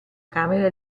camera